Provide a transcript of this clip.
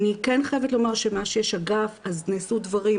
אני כן חייבת לומר שמאז שיש אגף נעשו דברים,